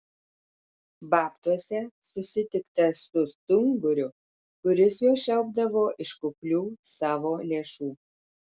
babtuose susitikta su stunguriu kuris juos šelpdavo iš kuklių savo lėšų